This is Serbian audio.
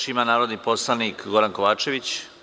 Reč ima narodni poslanik Goran Kovačević.